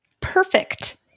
Perfect